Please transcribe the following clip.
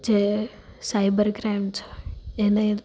જે cyber crime છે એને